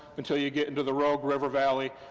until you get into the rogue river valley,